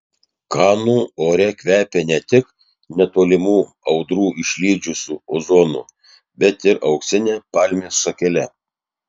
kanų ore kvepia ne tik netolimų audrų išlydžių ozonu bet ir auksine palmės šakele